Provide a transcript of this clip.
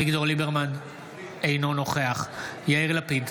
אינו נוכח יאיר לפיד,